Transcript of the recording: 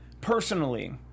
personally